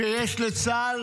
שיש לצה"ל